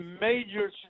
major